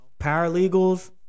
paralegals